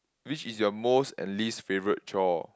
which is your most and least favourite chore